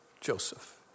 Joseph